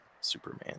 Superman